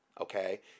Okay